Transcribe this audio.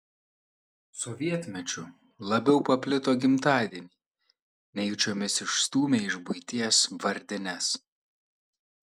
sovietmečiu labiau paplito gimtadieniai nejučiomis išstūmę iš buities vardines